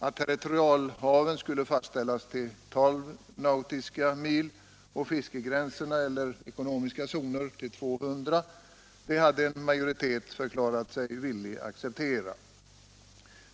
Att territorialhaven skulle fastställas till 12 nautiska mil och fiskegränserna eller de ekonomiska zonerna till 200 nautiska mil hade en majoritet förklarat sig villig att acceptera.